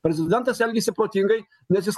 prezidentas elgėsi protingai nes jis